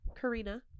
Karina